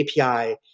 API